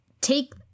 take